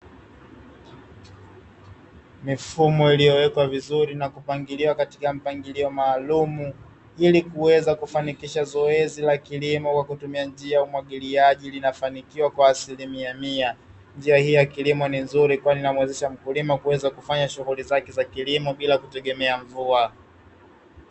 Mifumo iliyowekwa vizuri na kupangiliwa katika mpangilio maalum, ili kuweza kufanikisha zoezi la kilimo kwa kutumia njia ya umwagiliaji linafanikiwa kwa asilimia mia. Njia hii ya kilimo ni nzuri kwani inamwezesha mkulima kuweza kufanya shughuli zake za kilimo bila kutegemea mvua